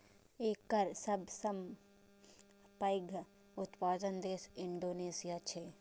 एकर सबसं पैघ उत्पादक देश इंडोनेशिया छियै